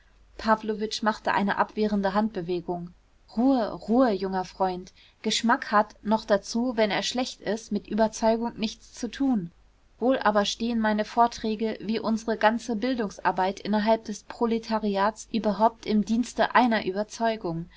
pawlowitsch machte eine abwehrende handbewegung ruhe ruhe junger freund geschmack hat noch dazu wenn er schlecht ist mit überzeugung nichts zu tun wohl aber stehen meine vorträge wie unsere ganze bildungsarbeit innerhalb des proletariats überhaupt im dienste einer überzeugung